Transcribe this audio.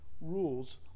rules